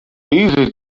easy